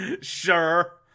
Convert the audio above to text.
sure